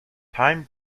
time